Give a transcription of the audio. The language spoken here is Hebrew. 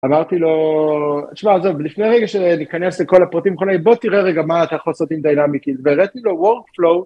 אמרתי לו, שמע עזוב, לפני רגע שניכנס לכל הפרטים הכללי, בוא תראה רגע מה אתה רוצה לעשות עם dynamickey, והראיתי לו workflow.